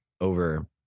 over